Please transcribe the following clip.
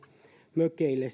mökeille